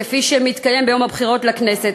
כפי שמתקיים ביום הבחירות לכנסת.